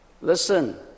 Listen